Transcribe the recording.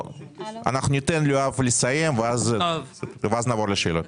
נאפשר ליואב לסיים ואז נעבור לשאלות.